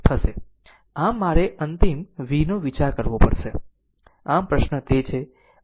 આમ મારે અંતિમ v નો વિચાર કરવો પડશે આમ પ્રશ્ન તે છે